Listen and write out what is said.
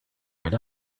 right